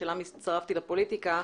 שבשלה הצטרפתי לפוליטיקה,